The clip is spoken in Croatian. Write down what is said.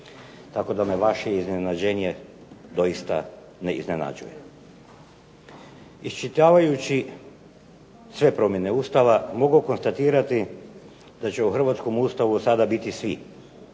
Tako da me vaše iznenađenje doista ne iznenađuje. Iščitavajući sve promjene Ustava mogu konstatirati da će u Hrvatskom ustavu od sada biti sve,